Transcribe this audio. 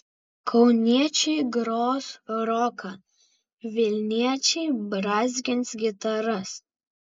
kauniečiai gros roką vilniečiai brązgins gitaras